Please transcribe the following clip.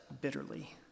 bitterly